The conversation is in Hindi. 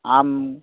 आम